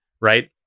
right